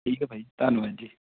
ਠੀਕ ਹੈ ਭਾਅ ਜੀ ਧੰਨਵਾਦ ਜੀ